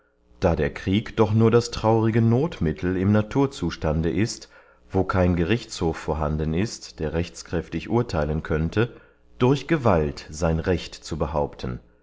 da der krieg doch nur das traurige nothmittel im naturzustande ist wo kein gerichtshof vorhanden ist der rechtskräftig urtheilen könnte durch gewalt sein recht zu behaupten